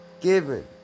given